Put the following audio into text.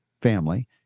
family